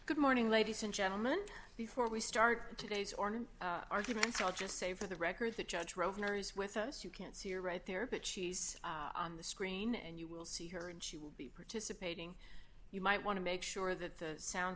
good morning ladies and gentlemen before we start today's or arguments i'll just say for the record that judge rovner is with us you can't see you're right there but she's on the screen and you will see her and she will be participating you might want to make sure that the sound